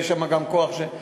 יש שם גם כוח שמאבטח.